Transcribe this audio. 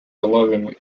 allowing